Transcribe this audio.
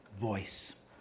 voice